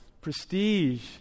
prestige